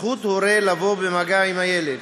זכות הורה לבוא במגע עם הילד.